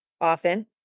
often